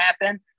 happen